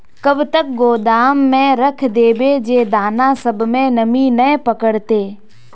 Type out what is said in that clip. कब तक गोदाम में रख देबे जे दाना सब में नमी नय पकड़ते?